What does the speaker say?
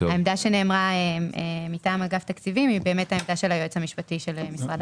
העמדה שנאמרה מטעם אגף התקציבים היא עמדת היועץ המשפטי של משרד האוצר.